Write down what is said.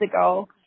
ago